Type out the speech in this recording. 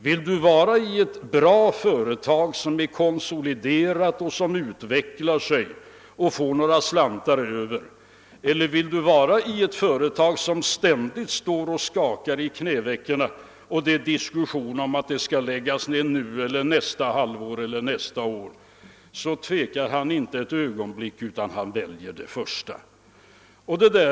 Vill du vara i ett bra företag som är konsoliderat och utvecklar sig och som tår några slantar över eller vill du vara i ett företag som ständigt står och knakar i knävecken och där det är diskussion om det skall läggas ned nu eller nästa halvår eller nästa år? — så tvekar han inte ett ögonblick utan väljer det första.